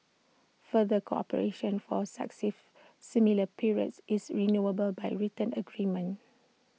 further cooperation for successive similar periods is renewable by written agreement